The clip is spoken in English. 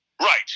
Right